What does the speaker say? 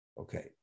Okay